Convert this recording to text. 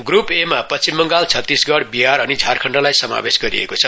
group A मा पश्चिम बंगाल छत्तीसगड बिहार अनि झारखँण्डलाई समावेश गरिएको छ